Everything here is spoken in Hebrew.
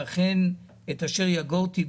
ואכן את אשר יגורתי בא.